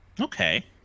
okay